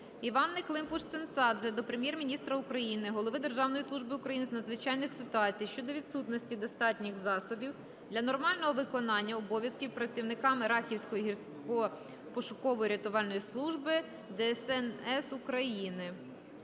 Іванни Климпуш-Цинцадзе до Прем'єр-міністра України, голови Державної служби України з надзвичайних ситуацій щодо відсутності достатніх засобів для нормального виконання обов'язків працівниками Рахівської гірської пошуково-рятувальної служби ДСНС України.